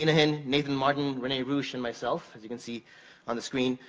nathan nathan martin rene rusch, and myself, as you can see on the screen,